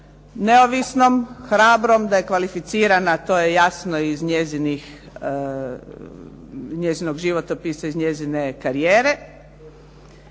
neovisnom, hrabrom, da je kvalificirana to je jasno iz njezinog životopisa, iz njezine karijere